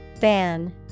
Ban